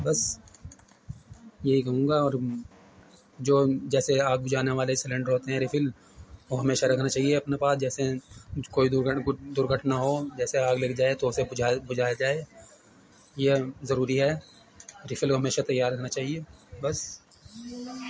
بس یہی کہوں گا اور جو جیسے آگ بجھانے والے سلینڈر ہوتے ہیں ریفل وہ ہمیشہ رکھنا چاہیے اپنے پاس جیسے کوئی کو درگھٹنا ہو جیسے آگ لگ جائے تو اسے جھا بجھایا جائے یہ ضروری ہے ریفل ہمیشہ تیار رہنا چاہیے بس